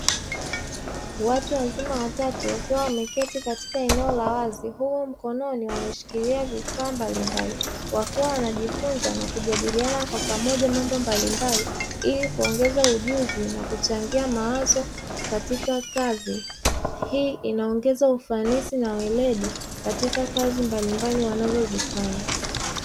Watu wazima watatu, wakiwa wameketi katika eneo la wazi, huku mkononi wameshika vifaa mbalimbali, wakiwa wanajifunza na kujadiliana kwa pamoja mambo mbalimbali ili kuongeza ujuzi na kuchangia mawazo katika kazi. Hii inaongeza ufanisi na weledi katika kazi mbalimbali wanazozifanya.